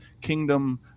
kingdom